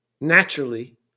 naturally